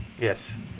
Yes